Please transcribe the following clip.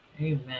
Amen